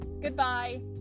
Goodbye